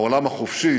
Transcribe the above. העולם החופשי